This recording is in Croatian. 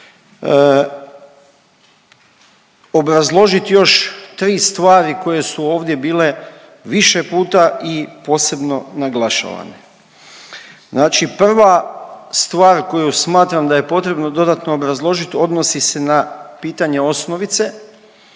obrazložiti još tri stvari koje su ovdje bile više puta i posebno naglašavane. Znači prva stvar koju smatram da je potrebno dodatno obrazložiti odnosi se na pitanje osnovice